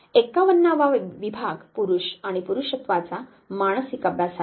51 वा विभाग पुरुष आणि पुरुषत्वाचा मानसिक अभ्यास आहे